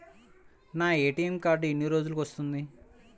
నా ATM card ఎన్ని రోజులకు వస్తుంది?